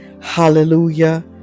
Hallelujah